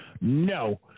No